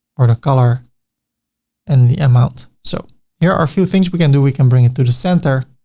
or the color and the amount. so here are a few things we can do. we can bring it to the center.